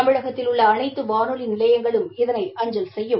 தமிழகத்தில் உள்ள அனைத்து வானொலி நிலையங்களும் இதனை அஞ்சல் செய்யும்